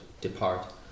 depart